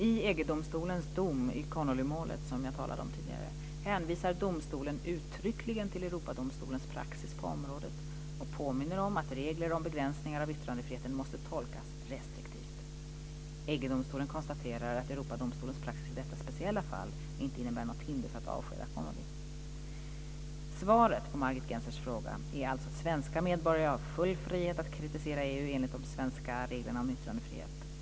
I EG-domstolens dom i Connolly-målet, som jag talade om tidigare, hänvisar domstolen uttryckligen till Europadomstolens praxis på området och påminner om att regler om begränsningar av yttrandefriheten måste tolkas restriktivt. EG-domstolen konstaterar att Europadomstolens praxis i detta speciella fall inte innebär något hinder för att avskeda Connolly. Svaret på Margit Gennsers fråga är alltså att svenska medborgare har full frihet att kritisera EU, enligt de svenska reglerna om yttrandefrihet.